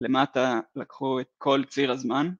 למטה לקחו את כל ציר הזמן.